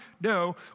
No